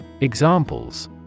Examples